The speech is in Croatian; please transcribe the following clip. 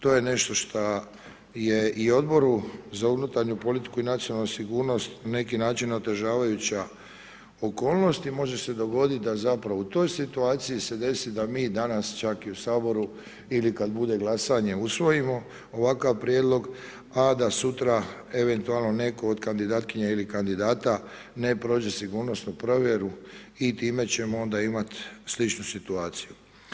To je nešto što je i Odboru za unutarnju politiku i nacionalnu sigurnost na neki način otežavajuća okolnost i može se dogoditi da zapravo u toj situaciji se desi da mi danas čak i u Saboru ili kad bude glasanje usvojimo ovakav prijedlog, a da sutra eventualno netko od kandidatkinja ili kandidata ne prođe sigurnosnu provjeru i time ćemo onda imat sličnu situaciju.